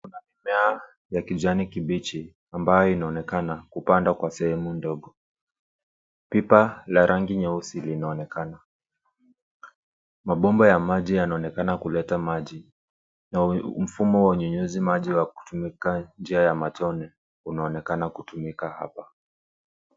Mimea ya kijani kibichi ambayo inaonekana kumepandwa kwenye sehemu ndogo. Pipa la rangi nyeusi linaonekana. Mabomba ya maji yanaonekana kuleta maji mfumo wa kunyunyiza maji kutumia njia ya elekroni unaonekana kutumika hapa.